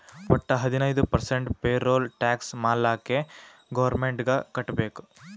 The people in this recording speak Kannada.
ವಟ್ಟ ಹದಿನೈದು ಪರ್ಸೆಂಟ್ ಪೇರೋಲ್ ಟ್ಯಾಕ್ಸ್ ಮಾಲ್ಲಾಕೆ ಗೌರ್ಮೆಂಟ್ಗ್ ಕಟ್ಬೇಕ್